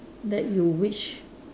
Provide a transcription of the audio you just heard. that you wish